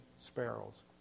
sparrows